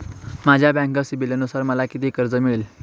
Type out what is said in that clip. माझ्या बँक सिबिलनुसार मला किती कर्ज मिळेल?